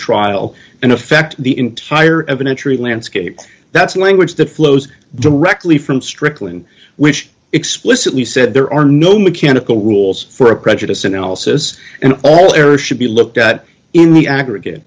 trial and affect the entire of an entry landscape that's language that flows directly from strickland which explicitly said there are no mechanical rules for a prejudice analysis and all areas should be looked at in the aggregate